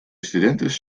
studentes